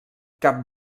cap